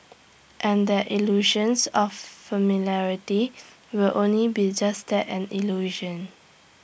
and that illusions of familiarity will only be just that an illusion